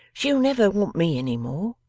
she'll never want me any more,